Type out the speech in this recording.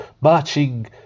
marching